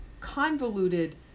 convoluted